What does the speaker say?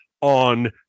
on